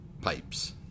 pipes